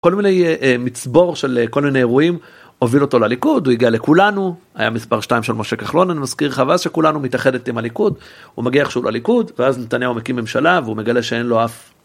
כל מיני... מצבור של כל מיני אירועים, הוביל אותו לליכוד, הוא הגיע לכולנו, היה מספר 2 של משה כחלון אני מזכיר לך, ואז שכולנו מתאחדת עם הליכוד, הוא מגיע איכשהו לליכוד ואז נתניהו מקים ממשלה והוא מגלה שאין לו אף...